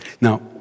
Now